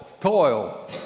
toil